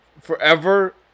Forever